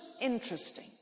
interesting